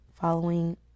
Following